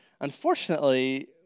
Unfortunately